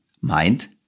meint